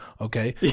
okay